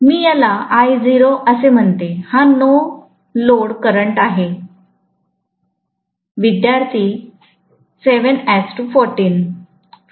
मी याला Io असे म्हणते हा नो लोडकरंटआहे